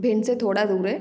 भिंड से थोड़ा दूर है